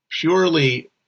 purely